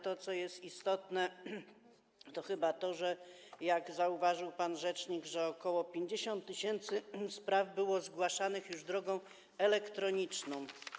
To, co jest istotne, to chyba to, co zauważył pan rzecznik - że ok. 50 tys. spraw było zgłaszanych drogą elektroniczną.